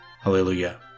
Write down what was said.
Hallelujah